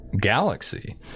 galaxy